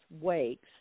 wakes